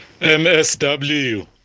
MSW